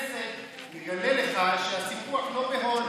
יושב-ראש הכנסת יגלה לך שהסיפוח לא ב-hold.